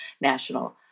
national